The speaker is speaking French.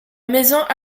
maisons